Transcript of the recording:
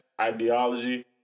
ideology